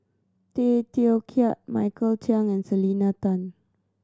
Tay Teow Kiat Michael Chiang and Selena Tan